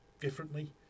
differently